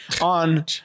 on